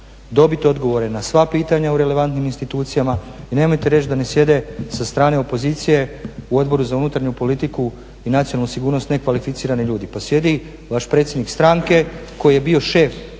dobiti odgovore na sva pitanja u relevantnim institucijama i nemojte reći da ne sjede sa strane opozicije u Odboru za unutarnju politiku i nacionalnu sigurnost nekvalificirani ljudi. Pa sjedi vaš predsjednik stranke koji je bio šef